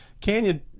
Canyon